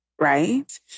right